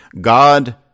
God